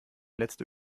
letzte